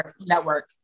network